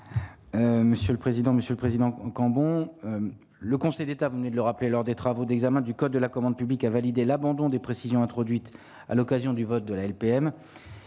Monsieur le président, Monsieur le Président, quand bon le Conseil d'État, vous venez de le rappeler lors des travaux d'examen du code de la commande publique, a validé l'abandon des précisions introduite à l'occasion du vote de la LPM,